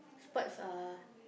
sports are